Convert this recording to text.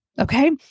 okay